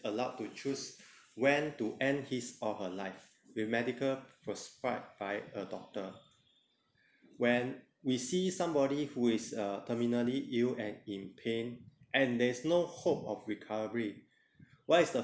allowed to choose when to end his or her life with medical prescribed by a doctor when we see somebody who is a terminally ill and in pain and there is no hope of recovery what is the